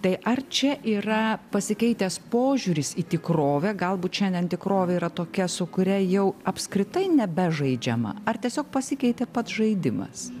tai ar čia yra pasikeitęs požiūris į tikrovę galbūt šiandien tikrovė yra tokia su kuria jau apskritai nebežaidžiama ar tiesiog pasikeitė pats žaidimas